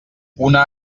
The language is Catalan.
una